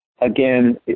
again